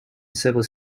several